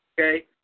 Okay